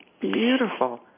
beautiful